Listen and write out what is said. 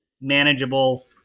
manageable